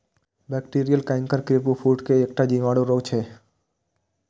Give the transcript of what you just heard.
bacterial canker kiwifruit के एकटा जीवाणु रोग छियै